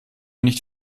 nicht